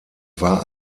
war